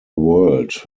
world